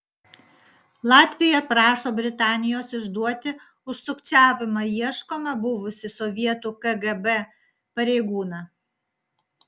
latvija prašo britanijos išduoti už sukčiavimą ieškomą buvusį sovietų kgb pareigūną